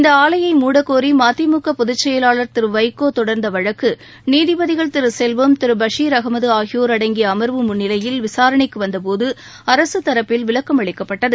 இந்த ஆலையை முடக்கோரி மதிமுக பொதுச்செயலாளர் திரு வைகோ தொடர்ந்து வழக்கு இந்த நீதிபதிகள் திரு செல்வம் திரு பஷீர் அமது ஆகியோா் அடங்கி அம்வு முன்னிலையில் விசாரணைக்கு வந்தபோது அரக தரப்பில் விளக்கம் அளிக்கப்பட்டது